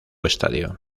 estadio